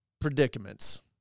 predicaments